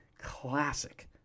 classic